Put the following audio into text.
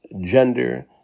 gender